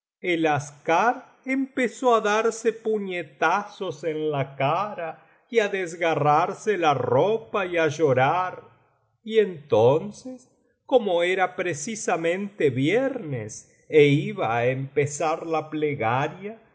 del jorobado pezó á ciarse puñetazos en la cara y á desgarrarse la ropa y á llorar y entonces como era precisamente viernes é iba á empezar la plegaria las